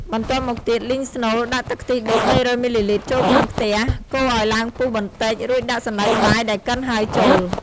បន្ទាប់មកទៀត លីងស្នូល ដាក់ទឹកខ្ទិះដូង ៣០០ មីលីលីត្រ ចូលក្នុងខ្ទះ កូរឱ្យឡើងពុះបន្តិច រួចដាក់សណ្ដែកបាយដែលកិនហើយចូល។